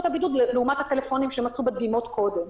את הבידוד לעומת הטלפונים שהם עשו בדגימות קודם.